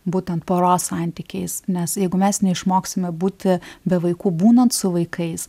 būtent poros santykiais nes jeigu mes neišmoksime būti be vaikų būnant su vaikais